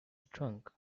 trunk